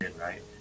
right